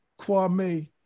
Kwame